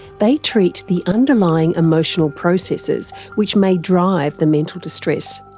they treat the underlying emotional processes which may drive the mental distress.